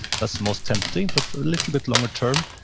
that's most tempting. but a little bit longer term,